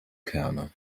kerne